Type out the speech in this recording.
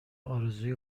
ارزوی